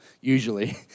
usually